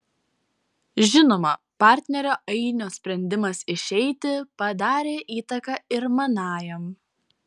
žinoma partnerio ainio sprendimas išeiti padarė įtaką ir manajam